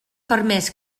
permès